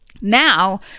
Now